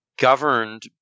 governed